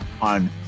on